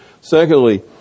Secondly